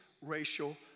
racial